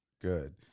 good